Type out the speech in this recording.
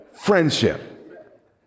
friendship